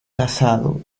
casado